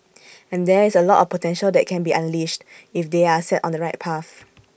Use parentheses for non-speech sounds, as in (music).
(noise) and there is A lot of potential that can be unleashed if they are set on the right path